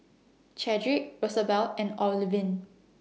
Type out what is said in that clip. Chadrick Rosabelle and Olivine